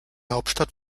hauptstadt